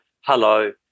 hello